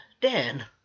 Dan